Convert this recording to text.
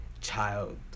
child